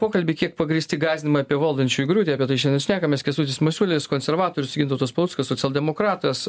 pokalbį kiek pagrįsti gąsdinimai apie valdančiųjų griūtį apie tai šiandien šnekamės kęstutis masiulis konservatorius gintautas paluckas socialdemokratas